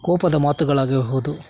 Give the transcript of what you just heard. ಕೋಪದ ಮಾತುಗಳಾಗಿಹುದು